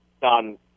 done